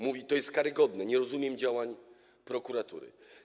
Mówi: To jest karygodne, nie rozumiem działań prokuratury.